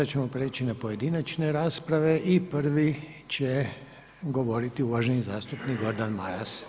Sad ćemo prijeći na pojedinačne rasprave i prvi će govoriti uvaženi zastupnik Gordan Maras.